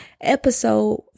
Episode